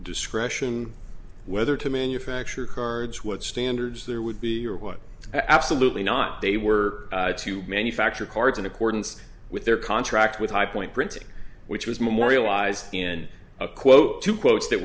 discretion whether to manufacture cards what standards there would be or would absolutely not they were to manufacture cards in accordance with their contract with high point printing which was memorialized in a quote two quotes that